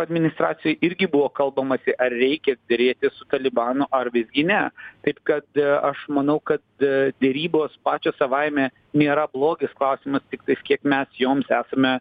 administracijoj irgi buvo kalbamasi ar reikia derėtis talibanu ar visgi ne taip kad aš manau kad derybos pačios savaime nėra blogis klausimas tiktais kiek mes joms esame